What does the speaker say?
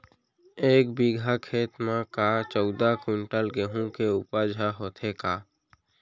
एक बीघा खेत म का चौदह क्विंटल गेहूँ के उपज ह होथे का?